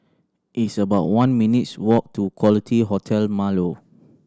it's about one minutes' walk to Quality Hotel Marlow